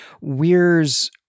Weir's